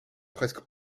presque